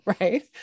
right